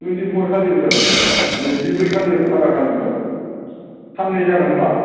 थुइन्थिफर खालिबो जागोन दा बेनो नैजिब्रै खालि खालार खालिबो जागोन साननै जागोन होमबा